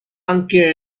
anche